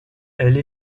elle